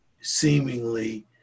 seemingly